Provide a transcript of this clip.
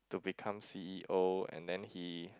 to become C_E_O and then he